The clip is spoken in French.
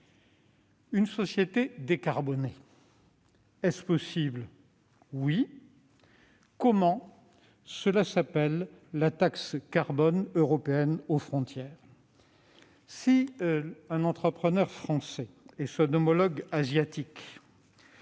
Une société décarbonée est-elle possible ? Oui ! Comment ? Grâce à la taxe carbone européenne aux frontières. Si un entrepreneur français et son homologue asiatique